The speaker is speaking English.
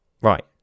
right